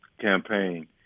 campaign